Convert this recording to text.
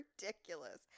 Ridiculous